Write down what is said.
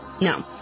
No